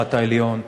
בית-המשפט העליון,